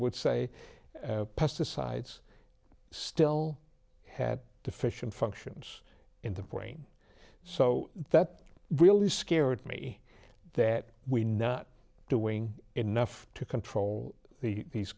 would say pesticides still had deficient functions in the brain so that really scared me that we not doing enough to control the these